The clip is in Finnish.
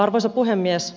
arvoisa puhemies